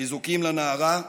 חיזוקים לנערה.